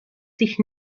sich